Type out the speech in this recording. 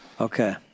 Okay